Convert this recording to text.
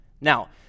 Now